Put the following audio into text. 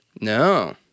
No